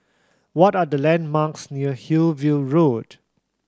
what are the landmarks near Hillview Road